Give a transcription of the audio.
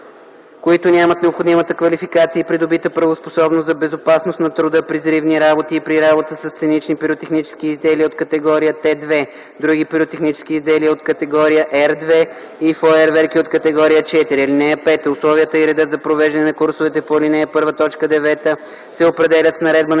които нямат необходимата квалификация и придобита правоспособност за безопасност на труда при взривни работи и при работа със сценични пиротехнически изделия от категория Т2, други пиротехнически изделия от категория Р2 и фойерверки от категория 4. (5) Условията и редът за провеждане на курсовете по ал. 1, т. 9 се определят с наредба